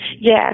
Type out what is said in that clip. Yes